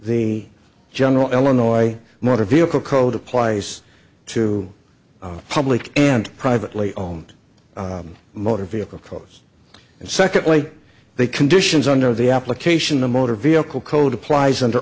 the general illinois motor vehicle code applies to a public and privately owned motor vehicle codes and secondly they conditions under the application a motor vehicle code applies under